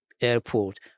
airport